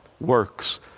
works